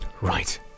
Right